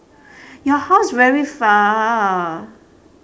your house very far